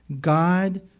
God